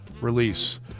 release